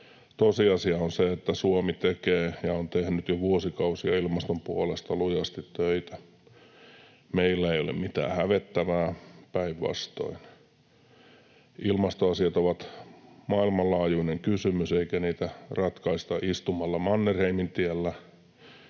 Tosiasia on se, että Suomi tekee ja on tehnyt jo vuosikausia ilmaston puolesta lujasti töitä. Meillä ei ole mitään hävettävää, päinvastoin. Ilmastoasiat ovat maailmanlaajuinen kysymys, eikä niitä ratkaista istumalla Mannerheimintiellä,